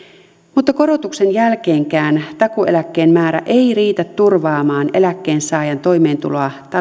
mutta korotuksen jälkeenkään takuueläkkeen määrä ei riitä turvaamaan eläkkeensaajan toimeentuloa